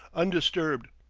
undisturbed.